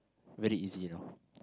very easy you know